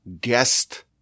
guest